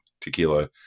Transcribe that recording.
tequila